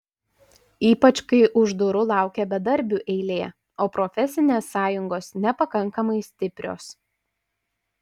ypač kai už durų laukia bedarbių eilė o profesinės sąjungos nepakankamai stiprios